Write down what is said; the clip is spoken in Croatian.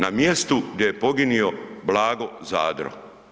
Na mjesto gdje je poginuo Blago Zadro.